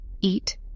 eat